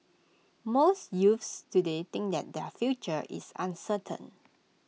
most youths today think that their future is uncertain